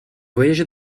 voyager